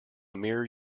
mere